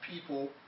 people